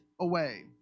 away